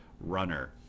runner